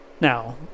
now